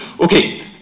Okay